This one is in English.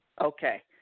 Okay